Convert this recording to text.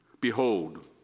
behold